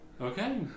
Okay